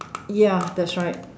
ya that's right